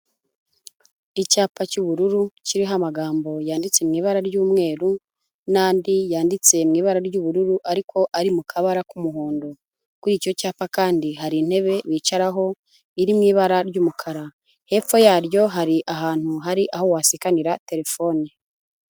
Icyapa cy'ubururu kiriho amagambo yanditse mu ibara ry'umweru n'andi yanditse mu ibara ry'ubururu ariko ari mu kabara k'umuhondo, kuri icyo cyapa kandi hari intebe wicaraho iri mu ibara ry'umukara, hepfo yaryo hari ahantu hari aho wasikanira telefone.